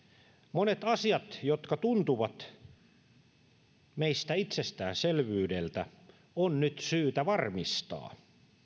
monet asiat jotka tuntuvat meistä itsestäänselvyydeltä on nyt syytä varmistaa